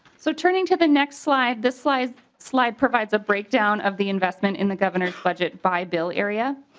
so turning to the next slide this slide slide provides a breakdown of the investment in the governor's budget by bill area.